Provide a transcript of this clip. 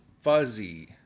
fuzzy